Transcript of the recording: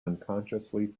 unconsciously